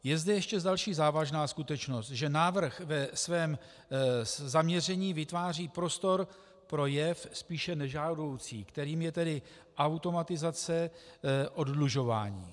Je zde ještě další závažná skutečnost, že návrh ve svém zaměření vytváří prostor pro jev spíše nežádoucí, kterým je tedy automatizace oddlužování.